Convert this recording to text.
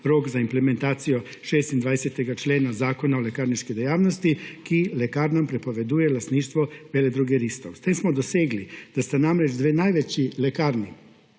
rok za implementacijo 26. člena Zakona o lekarniški dejavnosti, ki lekarnam prepoveduje lastništvo veledrogeristov. S tem smo dosegli, da sta namreč dve največji lekarni